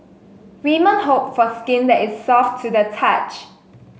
women hope for skin that is soft to the touch